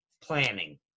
planning